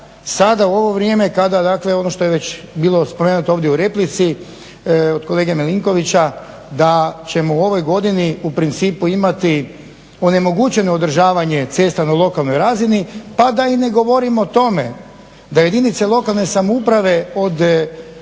sada u ovo vrijeme kada dakle ono što je već bilo spomenuto ovdje u replici od kolege Milinkovića da ćemo u ovoj godini u principu imati onemogućeno održavanje cesta na lokalnoj razini pa da i ne govorim o tome da jedinice lokalne samouprave od